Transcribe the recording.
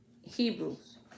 Hebrews